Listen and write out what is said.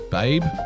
babe